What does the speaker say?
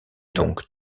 donc